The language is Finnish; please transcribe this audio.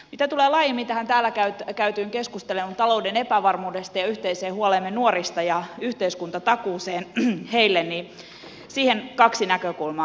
mitä tulee laajemmin tähän täällä käytyyn keskusteluun talouden epävarmuudesta ja yhteiseen huoleemme nuorista ja yhteiskuntatakuuseen heille niin siihen kaksi näkökulmaa